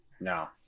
No